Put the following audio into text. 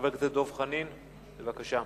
חבר הכנסת דב חנין, בבקשה.